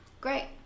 great